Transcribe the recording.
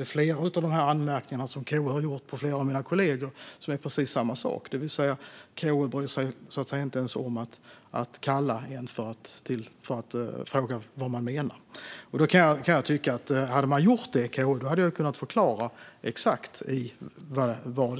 Med flera av de anmärkningar som KU har gjort på flera av mina kollegor är det precis samma sak, det vill säga KU bryr sig inte ens om att kalla till utskottet för att fråga vad man menar. Hade man gjort det från KU:s sida skulle jag ha kunnat förklara exakt vad